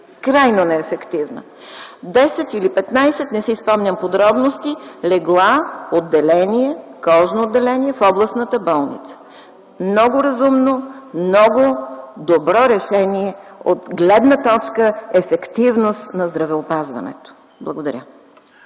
Крайно неефективна! Десет или петнадесет, не си спомням подробности, легла в кожно отделение в Областната болница. Много разумно, много добро решение от гледна точка ефективност на здравеопазването. Благодаря.